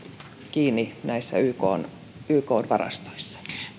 kiinni ykn varastoissa